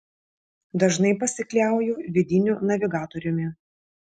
dažnai pasikliauju vidiniu navigatoriumi